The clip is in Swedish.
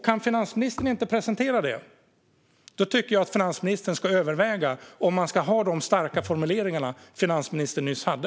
Kan finansministern inte presentera det tycker jag att finansministern ska överväga om man ska ha de starka formuleringar finansministern nyss hade.